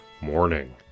morning